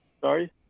Sorry